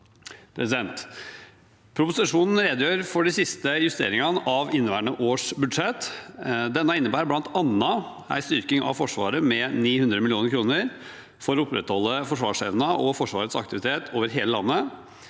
Proposisjonen redegjør for de siste justeringene av inneværende års budsjett. Det innebærer bl.a. en styrking av Forsvaret med 900 mill. kr for å opprettholde forsvarsevnen og Forsvarets aktivitet over hele landet.